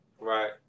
right